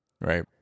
right